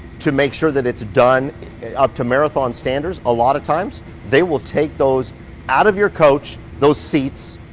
to make sure that it's done up to marathon standards, a lot of times they will take those out of your coach those seats,